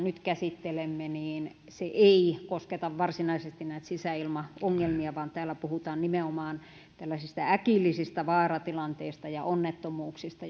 nyt käsittelemme ei kosketa varsinaisesti näitä sisäilmaongelmia vaan täällä puhutaan nimenomaan tällaisista äkillisistä vaaratilanteista ja onnettomuuksista